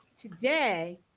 today